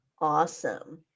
awesome